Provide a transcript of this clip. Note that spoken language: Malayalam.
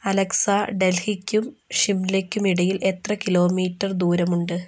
അലെക്സ ഡൽഹിക്കും ഷിംലക്കും ഇടയിൽ എത്ര കിലോമീറ്റർ ദൂരമുണ്ട്